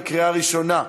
בקריאה הראשונה.